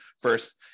first